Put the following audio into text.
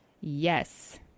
Yes